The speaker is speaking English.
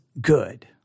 good